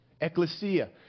Ecclesia